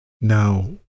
Now